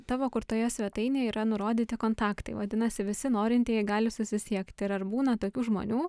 tavo kurtoje svetainėje yra nurodyti kontaktai vadinasi visi norintieji gali susisiekt ir ar būna tokių žmonių